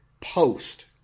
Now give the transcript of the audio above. post